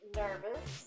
nervous